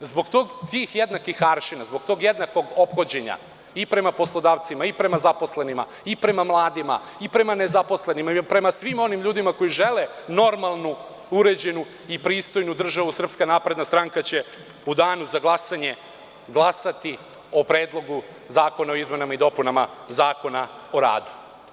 Zbog tih jednakih aršina, zbog aršina, zbog tog jednog ophođenja i prema poslodavcima, i prema zaposlenima, i prema mladima, i prema nezaposlenima, prema svim onim ljudima koji žele normalnu, uređenu, pristojnu državu SNS će u danu za glasanje glasati o Predlogu zakona o izmenama i dopunama Zakona o radu.